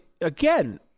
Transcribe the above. again